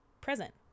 present